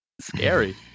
scary